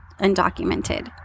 undocumented